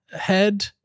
head